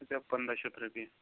اَچھا پنٛداہ شیٚتھ رۄپیہِ